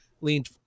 leaned